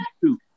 two